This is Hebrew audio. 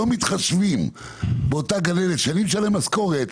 לא מתחשבים באותה גננת שאני משלם לה משכורת,